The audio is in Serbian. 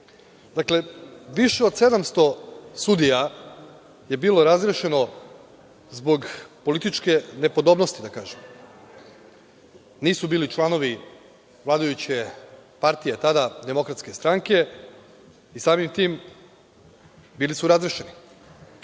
Dakle, više od 700 sudija je bilo razrešeno zbog političke nepodobnosti, da tako kažem, nisu bili članovi vladajuće partije tada, DS, i samih tim bili su razrešeni.